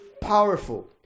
powerful